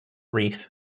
reef